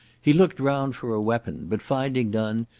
he looked round for a weapon, but finding none,